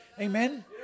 Amen